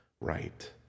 right